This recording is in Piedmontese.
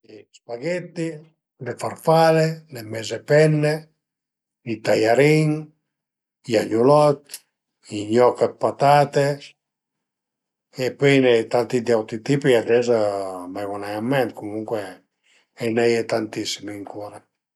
A ie i spaghetti, le farfale, le meze penne, i taiarin, i agnulot, i gnoch dë patate e pöi a i n'a ie tanti d'auti tipi ades a më ven-u nen ën ment comuncue a i n'a ie tantissim ancura